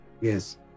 Yes